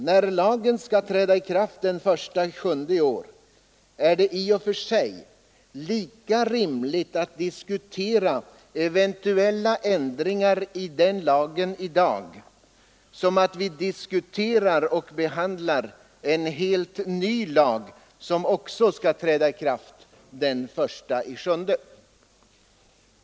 När lagen skall träda i kraft den 1 juli i år är det i och för sig lika rimligt att i dag diskutera eventuella ändringar i den lagen som att vi diskuterar och behandlar en helt ny lag som också skall träda i kraft den 1 juli.